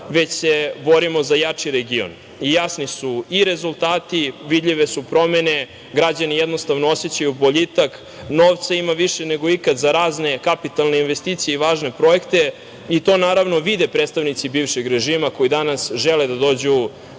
već se borimo za jači region i jasni su i rezultati. Vidljive su promene. Građani jednostavno osećaju boljitak. Novca ima više nego ikad za razne kapitalne investicije i važne projekte i to naravno vide predstavnici bivšeg režima koji danas žele da dođu